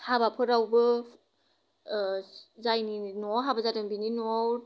हाबाफोरावबो आह जायनि न'वाव हाबा जादों बिनि न'वाव